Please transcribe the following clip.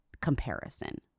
comparison